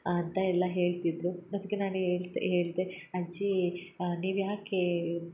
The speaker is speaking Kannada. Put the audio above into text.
ಅಂತ ಎಲ್ಲ ಹೇಳ್ತಿದ್ದರು ಅದ್ಕೆ ನಾನು ಹೇಳ್ದೆ ಅಜ್ಜಿ ನೀವು ಯಾಕೆ